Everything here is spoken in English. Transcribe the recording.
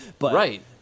Right